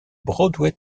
broadway